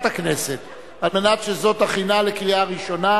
הכנסת על מנת שזו תכינה לקריאה ראשונה.